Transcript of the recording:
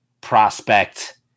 prospect